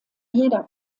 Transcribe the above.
jeder